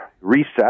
reset